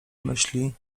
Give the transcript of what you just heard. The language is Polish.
myśli